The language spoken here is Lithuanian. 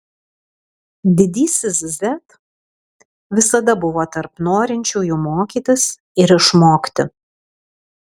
didysis z visada buvo tarp norinčiųjų mokytis ir išmokti